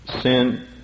sin